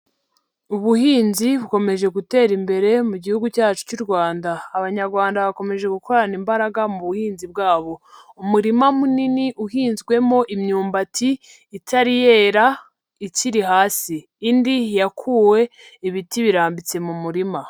Ubuhinzi bukomeje gutera imbere mu gihugu cyacu cy'u Rwanda. Abanyarwanda bakomeje gukorana imbaraga mu buhinzi bwabo. Umurima munini uhinzwemo imyumbati itari yera ikiri hasi. Indi yakuwe ibiti birambitse mu murima.